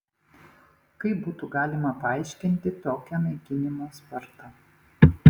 kaip būtų galima paaiškinti tokią naikinimo spartą